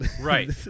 Right